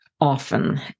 often